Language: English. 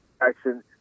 action